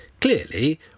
clearly